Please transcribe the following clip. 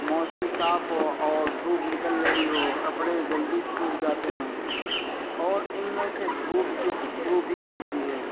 موسم صاف ہو اور دھوپ نکل رہی ہو کپڑے جلدی سوکھ جاتے ہیں اور ان میں سے دھوپ کی خشبو بھی آتی ہے